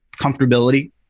comfortability